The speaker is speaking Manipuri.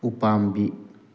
ꯎꯄꯥꯝꯕꯤ